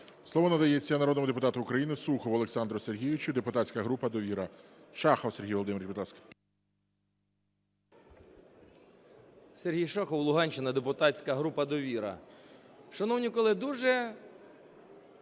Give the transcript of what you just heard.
Слово надається народному депутату України Сухову Олександру Сергійовичу, депутатська група "Довіра". Шахов Сергій Володимирович,